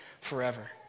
forever